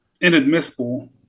inadmissible